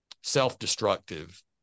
self-destructive